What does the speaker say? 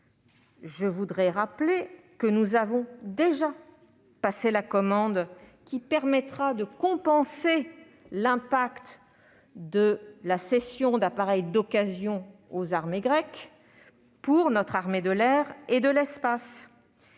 des appareils d'occasion : nous avons déjà passé la commande qui permettra de compenser l'impact de la cession d'appareils d'occasion aux armées grecques pour notre armée de l'air et de l'espace.